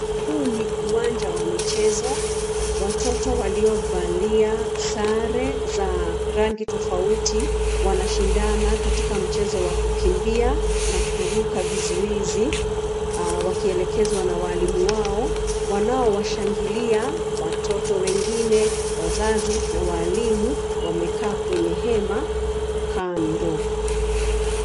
Huu ni uwanja wa michezo , watoto waliyovalia sare za rangi tofauti wanashindana katika mchezo wa kukimbia na kuruka vizuizi wakielekezwa na walimu wao wanaowashangilia watoto wengine wazazi na walimu wamekaa kwenye hema kando.